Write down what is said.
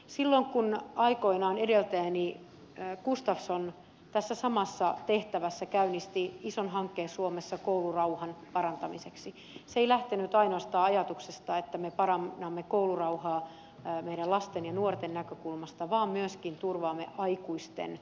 silloin kun aikoinaan edeltäjäni gustafsson tässä samassa tehtävässä käynnisti ison hankkeen suomessa koulurauhan parantamiseksi se ei lähtenyt ainoastaan ajatuksesta että me parannamme koulurauhaa meidän lasten ja nuorten näkökulmasta vaan myöskin turvaamme aikuisten turvallisuuden koulussa